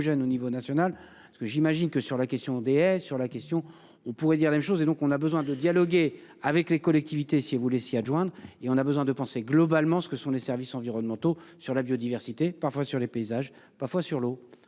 au niveau national parce que j'imagine que sur la question DS sur la question. On pourrait dire les choses et donc on a besoin de dialoguer avec les collectivités, si voulait s'y adjoindre et on a besoin de penser globalement, ce que sont les services environnementaux sur la biodiversité parfois sur les paysages parfois sur l'eau.